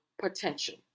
potential